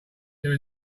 there